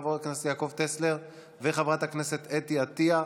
חבר הכנסת יעקב טסלר וחברת הכנסת אתי עטייה.